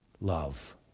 love